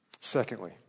secondly